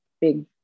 big